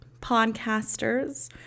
podcasters